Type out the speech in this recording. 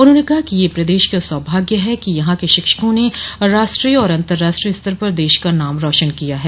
उन्होंने कहा कि यह प्रदेश का सौभाग्य है कि यहां के शिक्षकों ने राष्ट्रीय और अतंर्राष्ट्रीय स्तर पर देश का नाम रौशन किया है